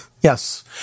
yes